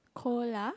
Cola